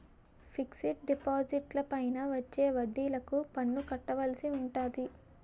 fixed డిపాజిట్లపైన వచ్చే వడ్డిలకు పన్ను కట్టవలసి ఉంటాది